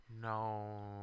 No